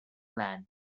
land